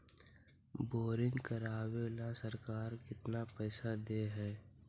Boring करबाबे ल सरकार केतना पैसा दे है?